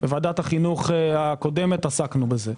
בוועדת החינוך הקודמת עסקנו בזה.